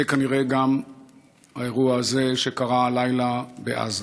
זה כנראה גם האירוע הזה שקרה הלילה בעזה.